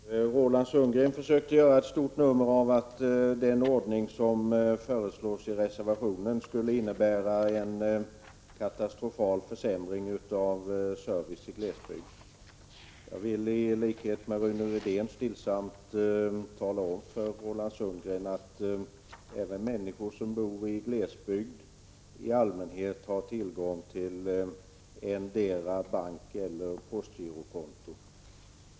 Herr talman! Roland Sundgren försökte göra ett stort nummer av att den ordning som föreslås i reservationen skulle innebära en katastrofal försämring av servicen i glesbygd. I likhet med Rune Rydén vill jag stillsamt tala om för Roland Sundgren att även människor som bor i glesbygd i allmänhet har tillgång till endera bankeller postgirokonto.